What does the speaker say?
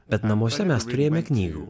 bet namuose mes turėjome knygų